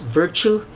virtue